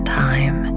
time